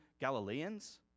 Galileans